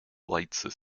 lighting